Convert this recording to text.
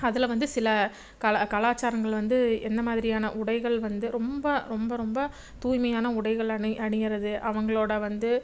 அதில் வந்து சில கலா கலாச்சாரங்கள் வந்து என்ன மாதிரியான உடைகள் வந்து ரொம்ப ரொம்ப ரொம்ப தூய்மையான உடைகள் அணி அணிகிறது அவங்களோடய வந்து